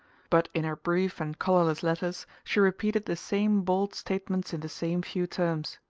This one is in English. but in her brief and colourless letters she repeated the same bald statements in the same few terms.